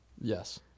yes